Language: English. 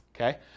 okay